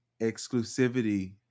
exclusivity